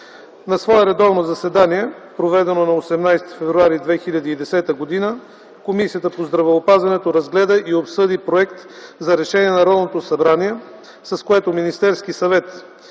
На свое редовно заседание, проведено на 18 февруари 2010 г., Комисията по здравеопазването разгледа и обсъди Проект за решение на Народното събрание, с което Министерският съвет